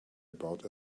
about